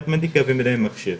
מתמתיקה ומדעי המחשב,